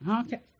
Okay